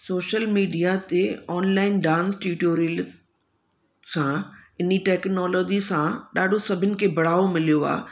social media ते online dance tutorials सां इन्ही टेक्नोलॉजी सां ॾाढो सभिनि खे बढ़ावो मिलियो आहे